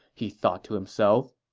he thought to himself.